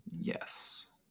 Yes